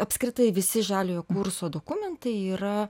apskritai visi žaliojo kurso dokumentai yra